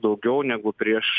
daugiau negu prieš